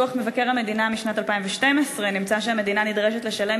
בדוח מבקר המדינה לשנת 2012 נמצא שהמדינה נדרשת לשלם